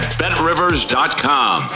betrivers.com